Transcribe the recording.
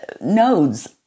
nodes